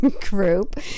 group